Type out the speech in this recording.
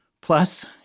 plus